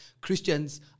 Christians